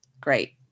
great